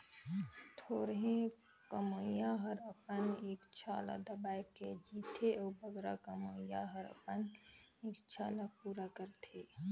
थोरहें कमोइया हर अपन इक्छा ल दबाए के जीथे अउ बगरा कमोइया हर अपन इक्छा ल पूरा करथे